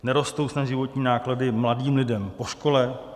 Nerostou snad životní náklady mladým lidem po škole?